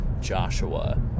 Joshua